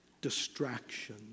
Distraction